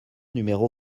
numéro